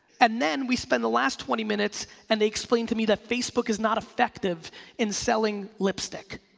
and then we spend the last twenty minutes and they explain to me that facebook is not effective in selling lipstick